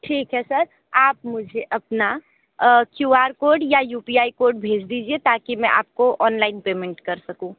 ठीक है सर आप मुझे अपना क्यू आर कोड या यू पी आई कोड भेज दीजिए ताकि मैं आपको ऑनलाइन पेमेंट कर सकूँ